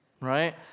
right